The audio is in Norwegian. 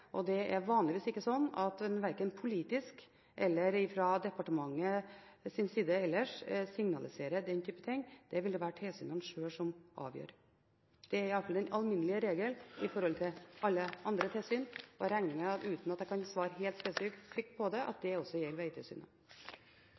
og det er vanligvis slik at en verken politisk eller fra departementets side ellers signaliserer den type ting. Det vil det være tilsynene sjøl som avgjør. Det er iallfall en alminnelig regel når det gjelder alle andre tilsyn. Jeg regner med – uten at jeg kan svare helt spesifikt på det – at